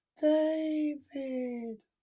David